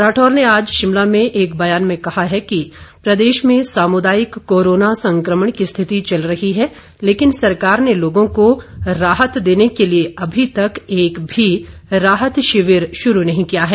राठौर ने आज शिमला में एक बयान में कहा है कि प्रदेश में सामुदायिक कोरोना संक्रमण की स्थिति चल रही है लेकिन सरकार ने लोगों को राहत देने के लिए अभी तक एक भी राहत शिविर शुरू नहीं किया है